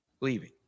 leaving